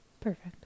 Perfect